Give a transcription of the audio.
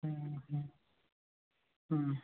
ଅଁ ହଁ ହୁଁ